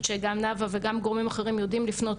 אנחנו מאוד פעילים גם במישור של חינוך,